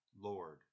Lord